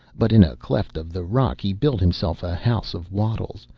but in a cleft of the rock he built himself a house of wattles,